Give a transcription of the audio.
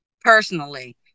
personally